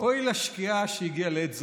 אוי לשקיעה שהגיעה לעת זריחה.